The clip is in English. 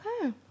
Okay